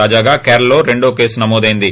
తాజాగా కేరళలో రెండో కేసు నమోదైంది